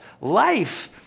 Life